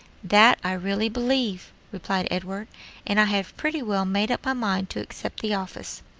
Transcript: that i really believe, replied edward and i have pretty well made up my mind to accept the office.